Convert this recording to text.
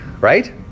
Right